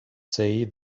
say